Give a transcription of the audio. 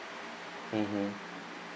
mmhmm